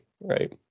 right